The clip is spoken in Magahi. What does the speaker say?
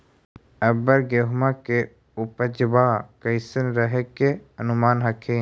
अबर गेहुमा के उपजबा कैसन रहे के अनुमान हखिन?